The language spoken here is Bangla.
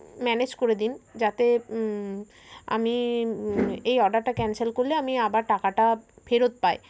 ম্যানেজ করে দিন যাতে আমি এই অর্ডারটা ক্যান্সেল করলে আমি আবার টাকাটা ফেরত পাই